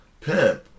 pimp